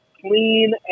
clean